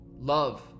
love